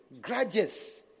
grudges